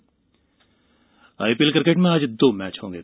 IPL IPL cricket में आज दो मैच होंगे